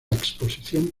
exposición